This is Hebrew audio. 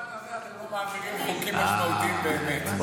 שבזמן הזה אתם לא מעבירים חוקים משמעותיים באמת.